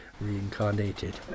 reincarnated